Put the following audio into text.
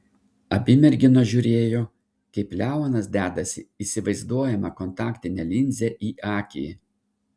abi merginos žiūrėjo kaip leonas dedasi įsivaizduojamą kontaktinę linzę į akį